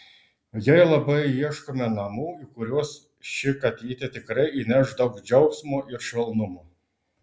jai labai ieškome namų į kuriuos ši katytė tikrai įneš daug džiaugsmo ir švelnumo